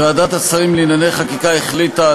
ועדת השרים לענייני חקיקה החליטה,